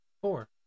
Four